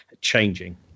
changing